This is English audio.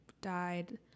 died